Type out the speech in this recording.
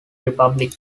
republic